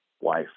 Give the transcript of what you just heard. wife